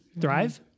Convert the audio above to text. thrive